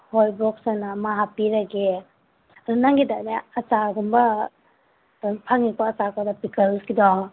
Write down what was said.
ꯍꯣꯏ ꯕꯣꯛꯁ ꯑꯣꯏꯅ ꯑꯃ ꯍꯥꯞꯄꯤꯔꯒꯦ ꯑꯗꯣ ꯅꯪꯒꯤꯗꯅꯦ ꯑꯆꯥꯔꯒꯨꯝꯕ ꯑꯗꯨꯝ ꯐꯪꯏꯀꯣ ꯑꯆꯥꯔꯀꯗꯣ ꯄꯤꯀꯜꯁꯀꯤꯗꯣ